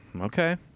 okay